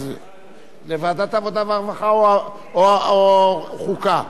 לעבודת העבודה והרווחה, או חוקה.